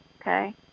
Okay